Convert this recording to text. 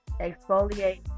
exfoliate